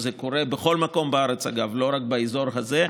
זה קורה בכל מקום בארץ, אגב, לא רק באזור הזה.